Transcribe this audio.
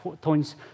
points